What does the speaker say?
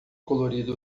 colorido